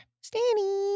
Stanny